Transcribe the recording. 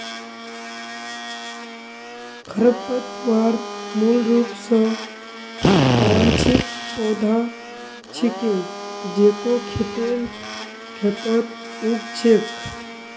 खरपतवार मूल रूप स अवांछित पौधा छिके जेको खेतेर खेतत उग छेक